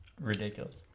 ridiculous